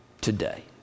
today